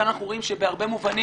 כאן אנחנו רואים שבהרבה מובנים,